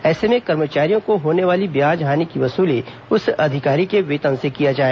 ऐसे में कर्मचारियों को होने वाली ब्याज हानि की वसूली उस अधिकारी के वेतन से किया जाए